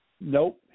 Nope